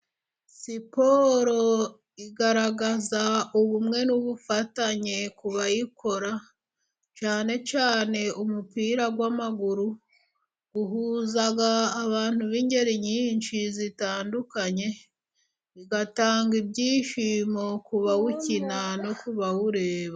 Siporo igaragaza ubumwe n'ubufatanye ku bayikora, cyane cyane umupira w'amaguru uhuza abantu b'ingeri nyinshi zitandukanye, igatanga ibyishimo ku bawukina no ku bawureba.